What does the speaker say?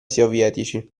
sovietici